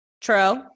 true